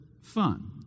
fun